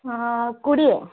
ହଁ କୋଡ଼ିଏ